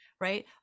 Right